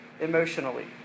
emotionally